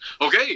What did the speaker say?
okay